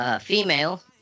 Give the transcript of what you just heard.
Female